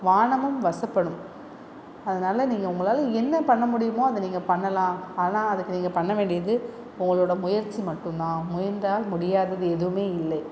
வானமும் வசப்படும் அதனால் நீங்கள் உங்களால் என்ன பண்ண முடியுமோ அதை நீங்கள் பண்ணலாம் ஆனால் அதுக்கு நீங்கள் பண்ண வேண்டியது உங்களோட முயற்சி மட்டும் தான் முயன்றால் முடியாதது எதுவுமே இல்லை